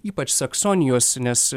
ypač saksonijos nes